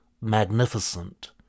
magnificent